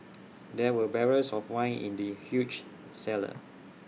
there were barrels of wine in the huge cellar